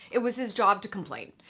it was his job to complain.